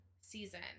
season